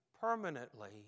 permanently